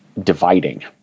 dividing